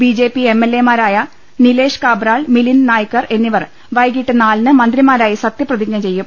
B J P M L A മാരായ നിലേഷ് കാബ്രാൾ മിലിന്ദ്നായിക് എന്നിവർ വൈകീട്ട് നാലിന് മന്ത്രിമാരായി സത്യപ്രതിജ്ഞ ചെയ്യും